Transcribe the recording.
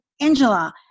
Angela